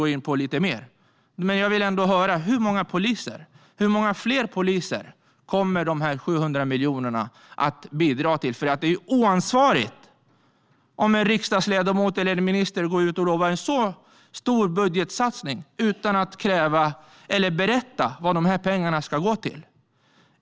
Men jag vill jag ändå höra hur många fler poliser de 700 miljonerna kommer att bidra till, för det är ju oansvarigt om en riksdagsledamot eller en minister går ut och lovar en så stor budgetsatsning utan att berätta vad pengarna ska gå till.